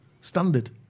standard